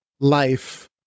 life